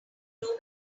global